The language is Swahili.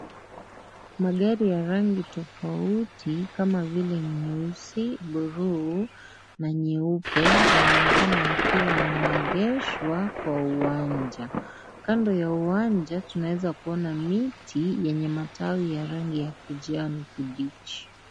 Magari ya rangi tofauti kama vile nyeusi, buluu na nyeupe yanaonekana yakiwa yameegeshwa kwa uwanja. Kando ya uwanja, tunaweza kuona miti yenye matawi ya rangi ya kijani kibichi.